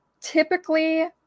typically